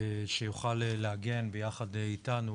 שיוכל להגן ביחד איתנו